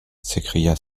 s’écria